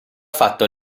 fatto